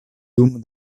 dum